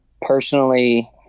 personally